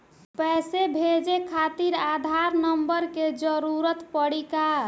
पैसे भेजे खातिर आधार नंबर के जरूरत पड़ी का?